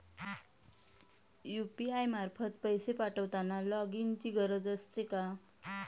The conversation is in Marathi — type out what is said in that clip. यु.पी.आय मार्फत पैसे पाठवताना लॉगइनची गरज असते का?